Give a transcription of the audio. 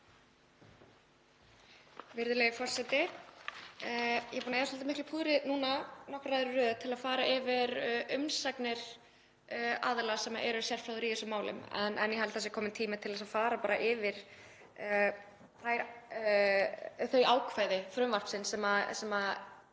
Virðulegi forseti. Ég er búin að eyða svolítið miklu púðri núna nokkrar ræður í röð í að fara yfir umsagnir aðila sem eru sérfróðir í þessum málum en ég held að það sé kominn tími til að fara yfir þau ákvæði frumvarpsins sem